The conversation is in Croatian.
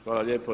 Hvala lijepo.